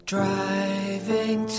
Driving